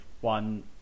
one